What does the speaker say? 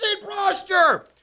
posture